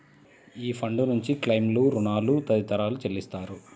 ఈ ఫండ్ నుంచి క్లెయిమ్లు, రుణాలు తదితరాలు చెల్లిస్తారు